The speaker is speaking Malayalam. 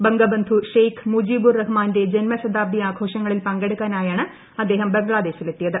ബംഗബന്ധു ഷെയ്ഖ് മുജീബുർ റഹ്മാന്റെ ജന്മശതാബ്ദി ആഘോഷങ്ങളിൽ പങ്കെടുക്കാനായാണ് അദ്ദേഹം ബംഗ്ലാദേശിൽ എത്തിയത്